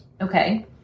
Okay